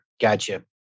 gotcha